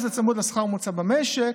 אחר כך זה צמוד לשכר הממוצע במשק,